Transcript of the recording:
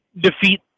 defeat